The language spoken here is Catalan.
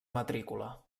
matrícula